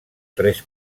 tres